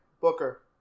Booker